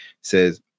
says